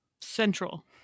Central